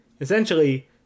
essentially